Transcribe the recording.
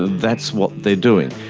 that's what they're doing.